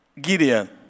Gideon